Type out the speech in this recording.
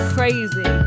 Crazy